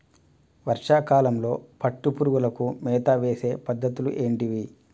వర్షా కాలంలో పట్టు పురుగులకు మేత వేసే పద్ధతులు ఏంటివి?